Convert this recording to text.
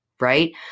right